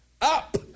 up